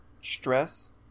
stress